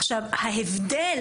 עכשיו, ההבדל